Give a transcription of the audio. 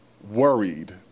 worried